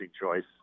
choice